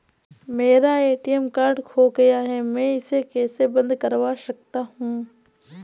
मेरा ATM card खो गया है मैं इसे कैसे बंद करवा सकता हूँ?